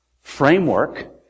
framework